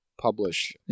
publish